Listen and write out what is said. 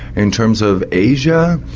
in terms of asia,